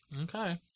Okay